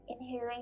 Inhaling